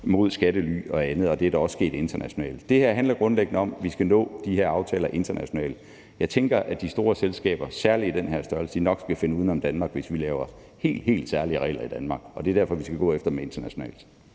mod skattely og andet, og det er der også sket internationalt. Det her handler grundlæggende om, at vi skal nå de her aftaler internationalt. Jeg tænker, at de store selskaber, særlig i den her størrelse, nok skal finde uden om Danmark, hvis vi laver helt, helt særlige regler i Danmark. Det er derfor, vi skal gå efter dem internationalt.